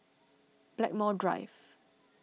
Blackmore Drive